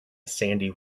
sandy